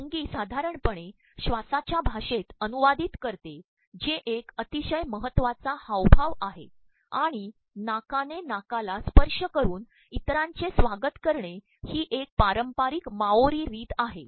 होंगी साधारणपणे श्वासाच्या भाषेत अनुवाद्रदत करते जे एक अततशय महत्वाचा हावभाव आहे आणण नाकाने नाकाला स्त्पशय करून इतरांचे स्त्वागत करणे ही एक पारंपाररक माओरी रीत आहे